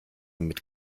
mit